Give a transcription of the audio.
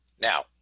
Now